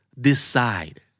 Decide